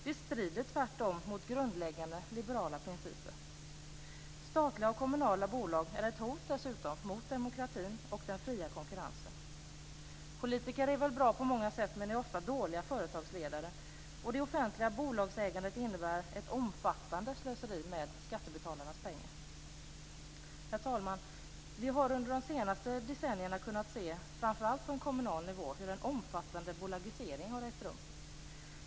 Det strider tvärtom mot grundläggande liberala principer. Statliga och kommunala bolag är dessutom ett hot mot demokratin och den fria konkurrensen. Politiker är väl bra på många sätt, men de är ofta dåliga företagsledare. Det offentliga bolagsägandet innebär ett omfattande slöseri med skattebetalarnas pengar. Herr talman! Vi har under de senaste decennierna kunnat se hur en omfattande bolagisering har ägt rum, framför allt på kommunal nivå.